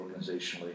organizationally